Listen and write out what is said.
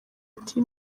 ati